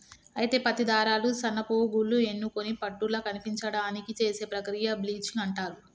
అయితే పత్తి దారాలు సన్నపోగులు ఎన్నుకొని పట్టుల కనిపించడానికి చేసే ప్రక్రియ బ్లీచింగ్ అంటారు